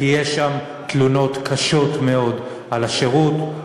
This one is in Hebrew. כי יש שם תלונות קשות מאוד על השירות,